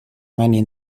many